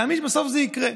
להאמין שבסוף זה יקרה.